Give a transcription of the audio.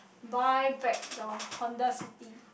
buy back the Honda City